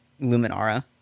Luminara